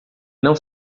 não